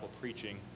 preaching